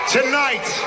Tonight